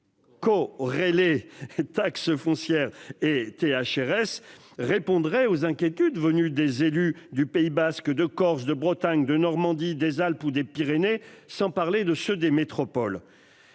des. Taxe foncière et es hrs répondrait aux inquiétudes venues des élus du Pays basque de Corse, de Bretagne, de Normandie, des Alpes ou des Pyrénées. Sans parler de ceux des métropoles.